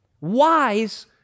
wise